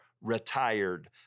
retired